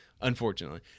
Unfortunately